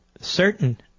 certain